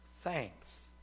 thanks